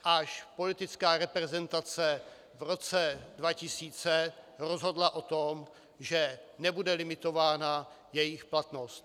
Až politická reprezentace v roce 2000 rozhodla o tom, že nebude limitována jejich platnost.